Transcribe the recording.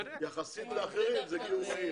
יחסית לאחרים זה גיור מהיר.